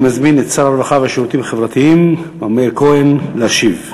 אני מזמין את שר הרווחה והשירותים החברתיים מאיר כהן להשיב.